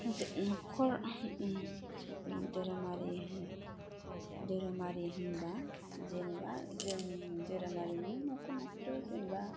नखर धोरोमारि धोरोमारि होनबा जेनबा जों धोरोमारिनि नखर नखर जेनबा